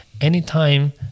anytime